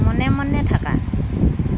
মনে মনে থাকা